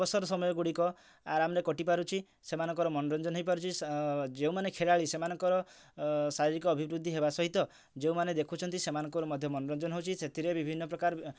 ଅବସର ସମୟ ଗୁଡ଼ିକ ଆରମରେ କଟିପାରୁଛି ସେମାନଙ୍କର ମନୋରଞ୍ଜନ ହେଇପାରୁଛି ଯେଉଁମାନେ ଖେଳାଳି ସେମାନଙ୍କର ଶାରୀରିକ ଅଭିବୃଦ୍ଧି ହେବ ସହିତ ଯେଉଁମାନେ ଦେଖୁଛନ୍ତି ସେମାନଙ୍କର ମଧ୍ୟ ମନୋରଞ୍ଜନ ହେଉଛି ସେଥିରେ ବିଭିନ୍ନ ପ୍ରକାର